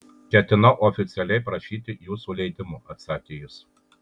ketinau oficialiai prašyti jūsų leidimo atsakė jis